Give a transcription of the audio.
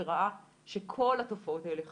וראה שכל התופעות האלה חלפו.